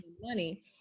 money